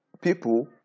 people